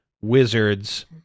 wizards